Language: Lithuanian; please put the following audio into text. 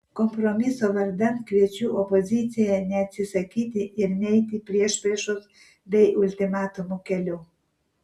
kompromiso vardan kviečiu opoziciją neatsisakyti ir neiti priešpriešos bei ultimatumų keliu